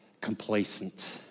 complacent